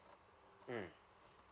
mm